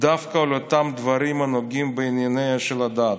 דווקא על אותם דברים הנוגעים בענייניה של הדת.